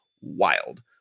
wild